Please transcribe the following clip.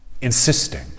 insisting